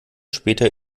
später